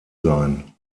sein